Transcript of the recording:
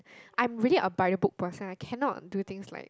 I'm really a by the book person I cannot do things like